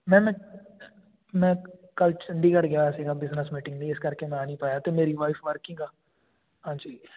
ma'am ਮੈਂ ਮੈਂ ਕੱਲ੍ਹ ਚੰਡੀਗੜ੍ਹ ਗਿਆ ਸੀਗਾ ਬਿਜਨਸ ਮੀਟਿੰਗ ਲਈ ਇਸ ਕਰਕੇ ਮੈਂ ਆ ਨਹੀਂ ਪਾਇਆ ਅਤੇ ਮੇਰੀ ਵਾਈਫ ਵਰਕਿੰਗ ਆ ਹਾਂਜੀ